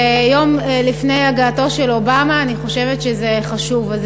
ויום לפני הגעתו של אובמה אני חושבת שזה חשוב.